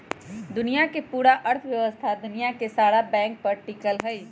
दुनिया के पूरा अर्थव्यवस्था दुनिया के सारा बैंके पर टिकल हई